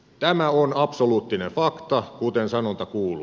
tämä on absoluuttinen fakta kuten sanonta kuuluu